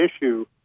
issue